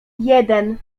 jeden